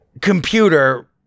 computer